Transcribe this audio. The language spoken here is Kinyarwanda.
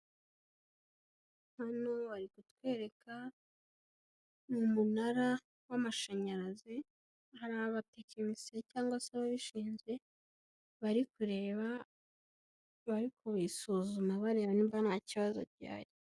Hano bari kutwereka umunara w'amashanyarazi, hari abatekinisiye cyangwa se ababishinzwe, bari kureba bari kubisuzuma bareba niba nta kibazo gihari.